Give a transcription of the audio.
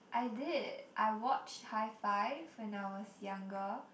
I did I watched Hi Five when I was younger